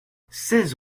seize